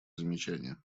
замечания